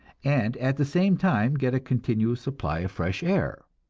and at the same time get a continual supply of fresh air?